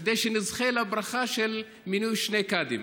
כדי שנזכה לברכה של מינוי שני קאדים?